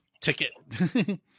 ticket